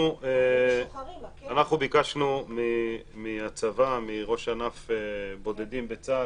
אנחנו ביקשנו מהצבא, מראש ענף בודדים בצה"ל,